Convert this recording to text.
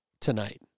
tonight